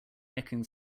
nicking